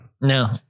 No